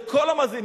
לכל המאזינים,